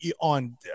on